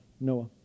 Noah